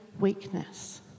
weakness